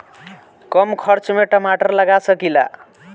कम खर्च में टमाटर लगा सकीला?